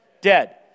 dead